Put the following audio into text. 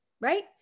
Right